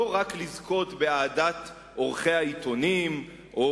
לא רק לזכות באהדת עורכי העיתונים או